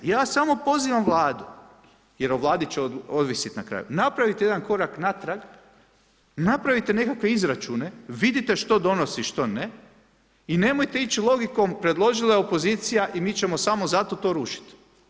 Ja samo pozivam Vladu, jer o Vladi će ovisit na kraju, napravite jedan korak natrag, napravite nekakve izračune, vidite što donosi, što ne i nemojte ići logikom predložila je opozicija i mi ćemo samo zato to rušit.